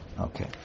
Okay